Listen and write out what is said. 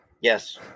Yes